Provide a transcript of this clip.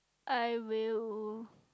I will